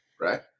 right